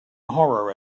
horror